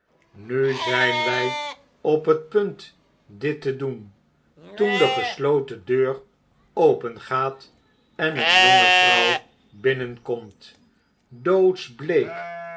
nu zyn wy op het punt dit te doen toen de gesloten deur opengaat en een jonge vrouw oinnenkomt